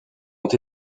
ont